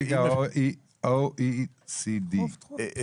נציג ה-OECD.